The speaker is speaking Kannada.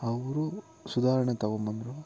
ಅವರು ಸುಧಾರಣೆ ತಗೊಬಂದ್ರು